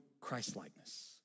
Christ-likeness